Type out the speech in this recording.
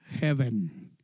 heaven